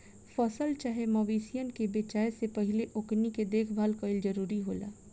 फसल चाहे मवेशियन के बेचाये से पहिले ओकनी के देखभाल कईल जरूरी होला